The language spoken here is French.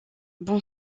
bon